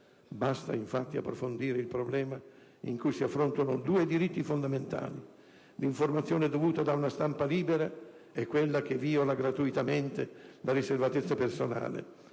Basta infatti approfondire il problema, in cui si affrontano due diritti fondamentali (l'informazione dovuta da una stampa libera e quella che viola gratuitamente la riservatezza personale)